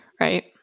right